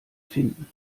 finden